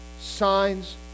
Signs